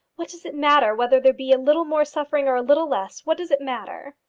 what does it matter whether there be a little more suffering or a little less? what does it matter?